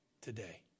today